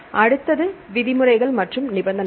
அடுத்தது விதிமுறைகள் மற்றும் நிபந்தனைகள்